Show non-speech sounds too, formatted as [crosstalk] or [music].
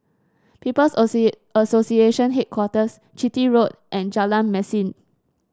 People's [unintelligible] Association Headquarters Chitty Road and Jalan Mesin